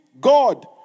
God